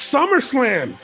SummerSlam